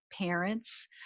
parents